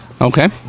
Okay